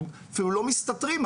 אפילו לא מסתתרים,